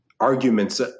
arguments